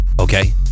Okay